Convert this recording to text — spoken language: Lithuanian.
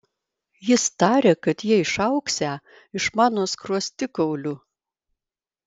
jis tarė kad jie išaugsią iš mano skruostikaulių